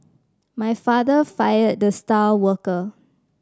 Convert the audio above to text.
my father fired the star worker